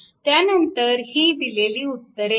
त्यानंतर ही दिलेली उत्तरे आहेत